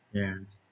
ya